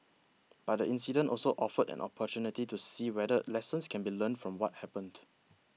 but the incident also offered an opportunity to see whether lessons can be learned from what happened